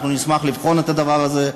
אנחנו נשמח לבחון את הדבר הזה.